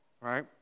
right